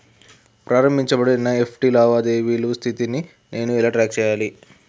ప్రారంభించబడిన ఎన్.ఇ.ఎఫ్.టి లావాదేవీల స్థితిని నేను ఎలా ట్రాక్ చేయాలి?